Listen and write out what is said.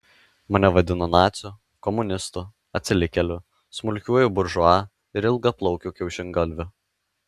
mane vadino naciu komunistu atsilikėliu smulkiuoju buržua ir ilgaplaukiu kiaušingalviu